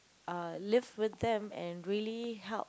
uh live with them and really help